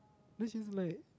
this is like